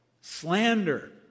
slander